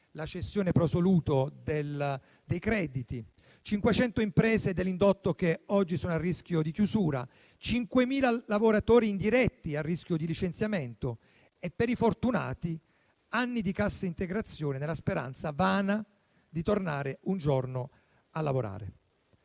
la cessione *pro soluto* dei crediti; 500 imprese dell'indotto che oggi sono a rischio di chiusura; 5.000 lavoratori indiretti a rischio di licenziamento e per i fortunati anni di cassa integrazione, nella speranza, vana, di tornare un giorno a lavorare.